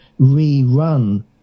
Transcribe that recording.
rerun